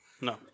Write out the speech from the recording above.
No